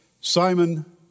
Simon